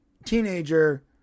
teenager